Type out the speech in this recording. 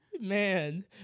Man